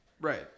Right